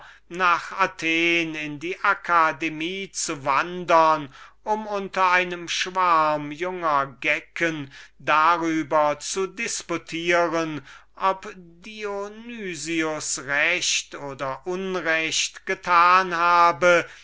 nach athen in die akademie schicken zu lassen um unter einem schwarm junger gecken darüber zu disputieren ob dionysius recht oder unrecht daran getan habe